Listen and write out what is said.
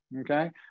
okay